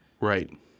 Right